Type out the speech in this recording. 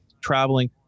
traveling